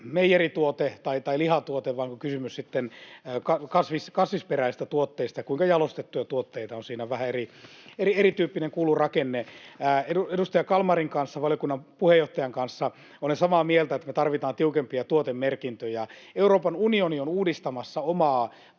meijerituote tai lihatuote, vai onko kysymys sitten kasvisperäisistä tuotteista, ja sen mukaan, kuinka jalostettuja tuotteet ovat, on vähän erityyppinen kulurakenne. Edustaja Kalmarin kanssa, valiokunnan puheenjohtajan kanssa, olen samaa mieltä siitä, että me tarvitaan tiukempia tuotemerkintöjä. Euroopan unioni on uudistamassa omaa